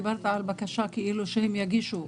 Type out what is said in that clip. דיברת על בקשה כאילו הם יגישו,